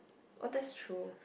oh that's true